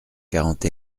quarante